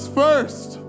first